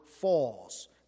falls